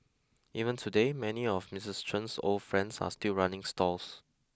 even today many of Mistress Chen old friends are still running stalls